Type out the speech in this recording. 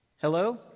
Hello